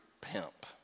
pimp